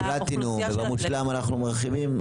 בפלטינום ובמושלם אנחנו מרחיבים.